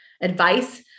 advice